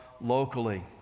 locally